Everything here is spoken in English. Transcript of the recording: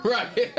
Right